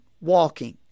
walking